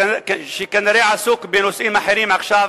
שכנראה עסוק בנושאים אחרים עכשיו